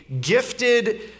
gifted